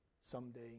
someday